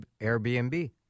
Airbnb